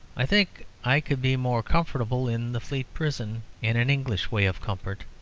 i think i could be more comfortable in the fleet prison, in an english way of comfort,